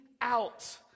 out